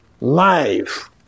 life